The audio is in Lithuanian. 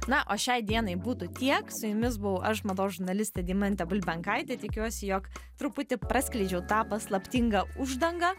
na o šiai dienai būtų tiek su jumis buvau aš mados žurnalistė deimantė bulbenkaitė tikiuosi jog truputį praskleidžiau tą paslaptingą uždangą